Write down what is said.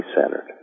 centered